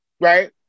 Right